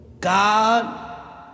God